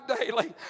daily